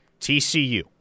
TCU